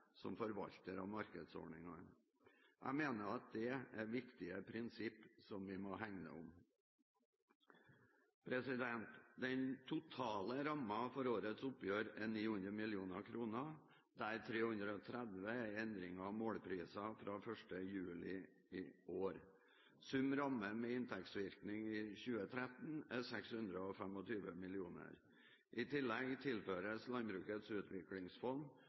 som forvalter av markedsordningene.» Jeg mener at dette er viktige prinsipper som vi må hegne om. Den totale rammen for årets oppgjør er 900 mill. kr, der 330 mill. kr er endringer av målpriser fra 1. juli i år. Sum ramme med inntektsvirkning i 2013 er 625 mill. kr. I tillegg tilføres Landbrukets utviklingsfond